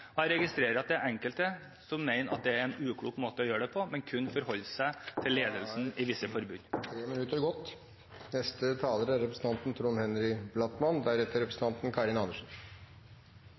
arbeid. Jeg registrerer at enkelte mener at det er en uklok måte å gjøre det på, og kun forholder seg til ledelsen i visse forbund. Representanten